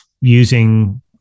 using